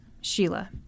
Sheila